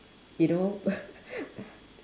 you know